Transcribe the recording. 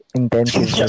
intensive